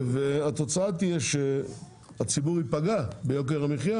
והתוצאה תהיה שהציבור ייפגע ביוקר המחייה,